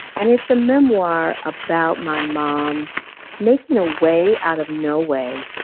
and it's a memoir about my mom making a way out of no way,